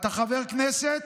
אתה חבר כנסת